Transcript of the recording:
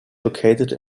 located